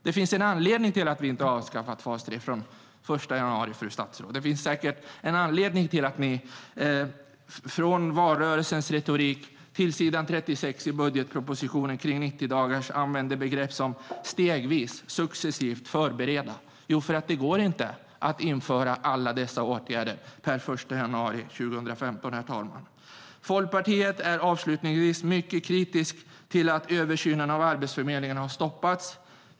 Det finns en anledning till att vi inte avskaffar fas 3 den 1 januari, fru statsråd. Det finns säkert en anledning till att ni från valrörelsens retorik till s. 36 i budgetpropositionen när det gäller 90 dagar använder begrepp som "stegvis", "successivt" och "förbereda". Det går nämligen inte att införa alla dessa åtgärder per den 1 januari 2015, herr talman. Folkpartiet är, avslutningsvis, mycket kritiskt till att översynen av Arbetsförmedlingen har stoppats.